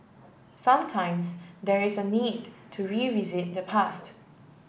sometimes there is a need to revisit the past